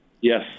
Yes